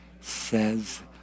says